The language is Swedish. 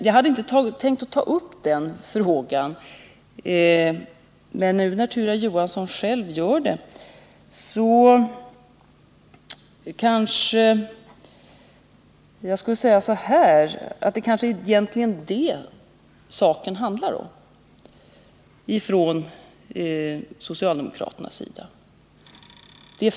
Jag hade inte tänkt ta upp den frågan, men nu när Tyra Johansson själv gör det vill iag säga, att det kanske egentligen är detta saken handlar om för socialdemokraternas del.